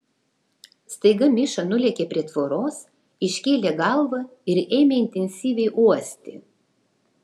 staiga miša nulėkė prie tvoros iškėlė galvą ir ėmė intensyviai uosti